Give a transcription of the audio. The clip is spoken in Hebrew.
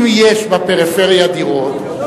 אם יש בפריפריה דירות,